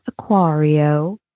Aquario